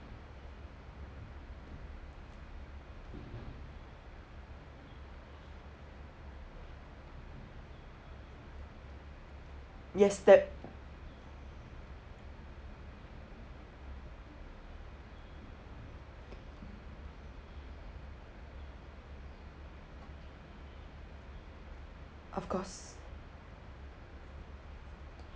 yes that of course